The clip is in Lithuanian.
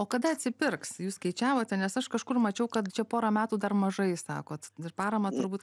o kada atsipirks jūs skaičiavote nes aš kažkur mačiau kad čia porą metų dar mažai sakot ir paramą turbūt